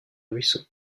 ruisseaux